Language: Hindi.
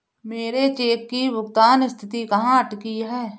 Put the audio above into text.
मेरे चेक की भुगतान स्थिति कहाँ अटकी है?